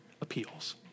appeals